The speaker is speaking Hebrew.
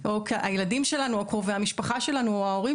הילדים שלנו או קרובי המשפחה שלנו או ההורים